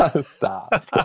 Stop